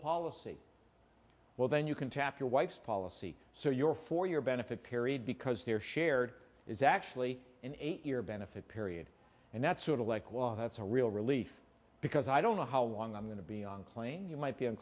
policy well then you can tap your wife's policy so your for your benefit period because their shared is actually an eight year benefit period and that's sort of like well that's a real relief because i don't know how long i'm going to be on the plane you might be